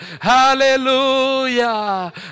hallelujah